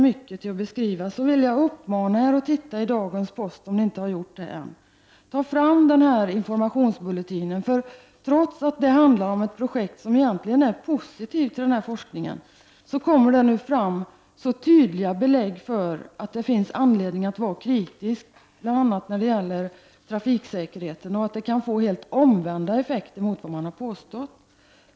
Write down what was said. Jag vill uppmana er att titta i dagens post, om ni ännu inte har gjort det, och ta fram Informationsbulletinen som finns med där. Trots att det handlar om ett projekt som egentligen är positivt till den här forskningen, kommer det nu fram tydliga belägg för att det finns anledning att vara kritisk. Inte minst gäller det i fråga om trafiksäkerheten. Systemen kan få helt motsatta effekter än de påstådda.